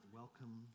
welcome